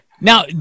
Now